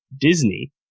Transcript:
Disney